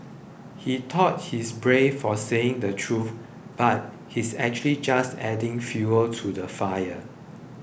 he thought he's brave for saying the truth but he's actually just adding fuel to the fire